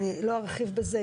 אני לא ארחיב בזה,